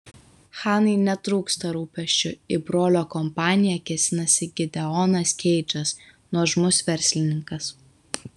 hanai netrūksta rūpesčių į brolio kompaniją kėsinasi gideonas keidžas nuožmus verslininkas